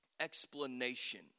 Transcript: explanation